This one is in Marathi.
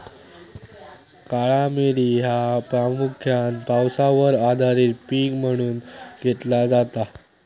काळा मिरी ह्या प्रामुख्यान पावसावर आधारित पीक म्हणून घेतला जाता